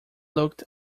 looked